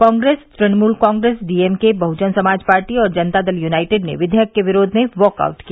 Congress Trinamool Congress D M K Bahujan Samaj Party और Janata Dal United ने विधेयक के विरोध में वाक आऊट किया